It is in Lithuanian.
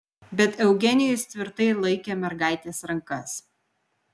bet eugenijus tvirtai laikė mergaitės rankas